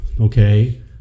Okay